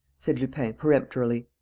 said lupin, peremptorily.